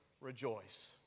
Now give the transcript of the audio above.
rejoice